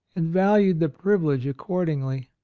and valued the privilege accord ingly.